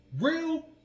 Real